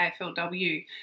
AFLW